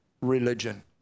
religion